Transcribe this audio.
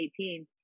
2018